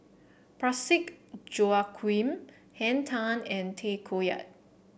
Parsick Joaquim Henn Tan and Tay Koh Yat